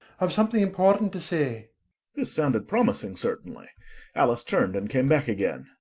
i've something important to say this sounded promising, certainly alice turned and came back again.